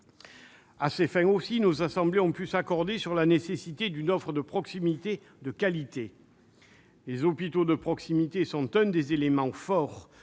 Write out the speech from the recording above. À ces fins, nos assemblées ont pu s'accorder sur la nécessité d'une offre de proximité de qualité. Les hôpitaux de proximité sont un des éléments forts